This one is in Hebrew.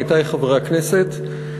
עמיתי חברי הכנסת,